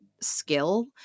skill